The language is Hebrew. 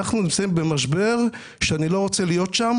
נמצאים במשבר שאני לא רוצה להיות בו.